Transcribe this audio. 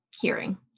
hearing